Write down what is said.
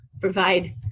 provide